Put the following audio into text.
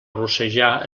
rossejar